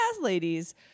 ladies